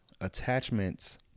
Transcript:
attachments